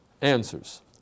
answers